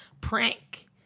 prank